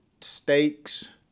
steaks